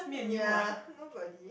ya nobody